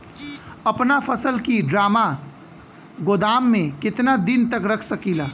अपना फसल की ड्रामा गोदाम में कितना दिन तक रख सकीला?